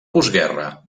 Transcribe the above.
postguerra